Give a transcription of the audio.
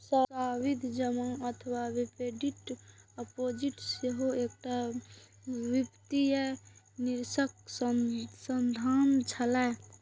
सावधि जमा अथवा फिक्स्ड डिपोजिट सेहो एकटा वित्तीय निवेशक साधन छियै